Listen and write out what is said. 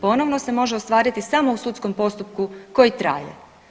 Ponovno se može ostvariti samo u sudskom postupku koji traje.